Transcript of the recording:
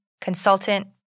consultant